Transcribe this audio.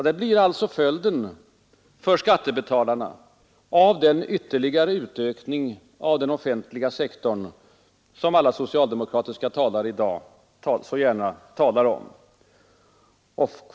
Det blir alltså följden för skattebetalarna av den ytterligare utökning av den offentliga sektorn som alla socialdemokratiska talare i dag så gärna ordar om.